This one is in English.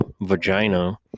vagina